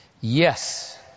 Yes